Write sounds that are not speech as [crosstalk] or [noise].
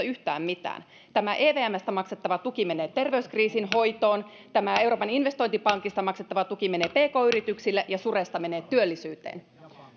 [unintelligible] yhtään mitään tämä evmstä maksettava tuki menee terveyskriisin hoitoon tämä euroopan investointipankista maksettava tuki menee pk yrityksille ja suresta menee työllisyyteen